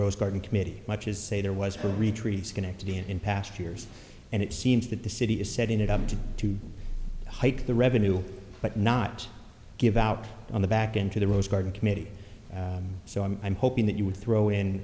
rose garden committee much as say there was for the retreats connected in past years and it seems that the city is setting it up to to hype the revenue but not give out on the back into the rose garden committee so i'm hoping that you would throw in